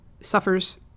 suffers